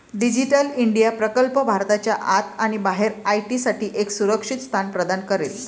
digital India प्रकल्प भारताच्या आत आणि बाहेर आय.टी साठी एक सुरक्षित स्थान प्रदान करेल